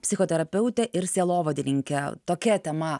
psichoterapeutę ir sielovadininkę tokia tema